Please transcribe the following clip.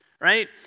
right